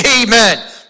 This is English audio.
Amen